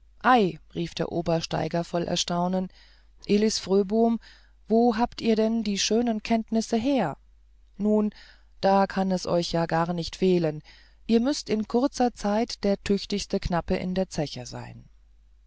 rief der obersteiger voll erstaunen elis fröbom wo habt ihr denn die schönen kenntnisse her nun da kann es euch ja gar nicht fehlen ihr müßt in kurzer zeit der tüchtigste knappe in der zeche sein